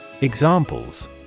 Examples